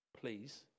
Please